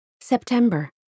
September